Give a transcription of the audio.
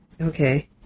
Okay